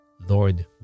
Lord